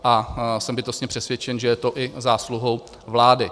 A jsem bytostně přesvědčen, že je to i zásluhou vlády.